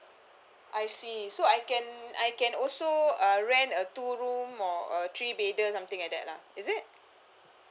I see so I can I can also uh rent a two room or a three bedded something like that lah is it